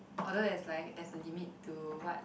although there's like there's a limit to what